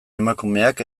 emakumeak